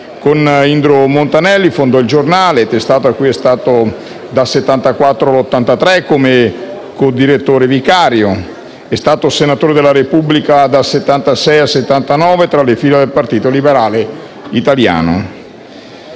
Con Indro Montanelli fondò «Il Giornale», testata cui è stato dal 1974 al 1983 come condirettore vicario. È stato senatore della Repubblica dal 1976 al 1979 tra le fila del Partito Liberale Italiano.